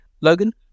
logan